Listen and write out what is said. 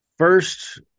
First